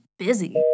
Busy